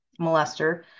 molester